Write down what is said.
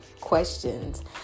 questions